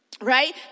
right